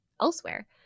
elsewhere